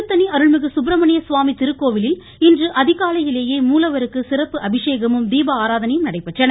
திருத்தணி அருள்மிகு சுப்பிரமணியம் சுவாமி திருக்கோவிலில் இன்று அதிகாலையிலேயே மூலவருக்கு சிறப்பு அபிஷேகமும் தீபாரதணையும் நடைபெற்றன